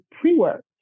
pre-work